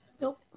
Nope